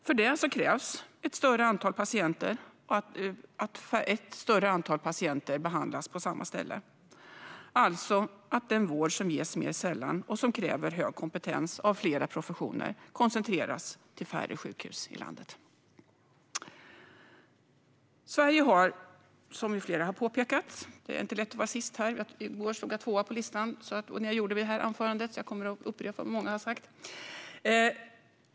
För det krävs att ett större antal patienter behandlas på samma ställe, det vill säga att den vård som ges mer sällan och som kräver hög kompetens av flera professioner koncentreras till färre sjukhus i landet. Det är inte lätt att vara siste talare. I går när jag skrev det här anförandet stod jag tvåa på listan, så jag kommer att upprepa vad många har sagt.